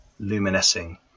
luminescing